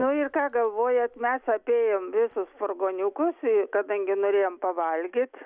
nu ir ką galvojat mes apėjom visus furgoniukus i kadangi norėjom pavalgyt